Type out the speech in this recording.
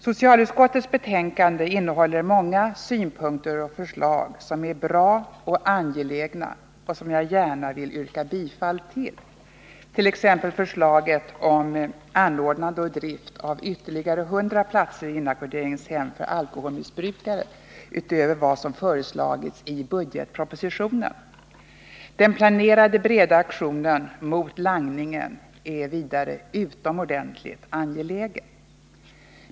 Socialutskottets betänkande innehåller många synpunkter och förslag som är bra och angelägna och som jag gärna vill yrka bifall till, t.ex. förslaget om anordnande och drift av ytterligare 100 platser i inackorderingshem för alkoholmissbrukare utöver vad som föreslagits i budgetpropositionen. Den planerade breda aktionen mot langningen är vidare utomordentligt angelägen.